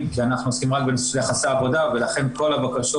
כי אנחנו עוסקים רק ביחסי עבודה ולכן כל הבקשות